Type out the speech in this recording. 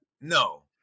No